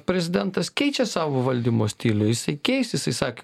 prezidentas keičia savo valdymo stilių jisai keis jisai sakė